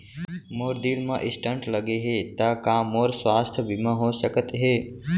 मोर दिल मा स्टन्ट लगे हे ता का मोर स्वास्थ बीमा हो सकत हे?